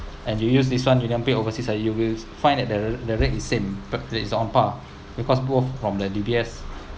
and you use this [one] UnionPay overseas you will find that the the rate is same but is on par because both from the D_B_S